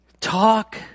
talk